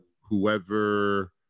whoever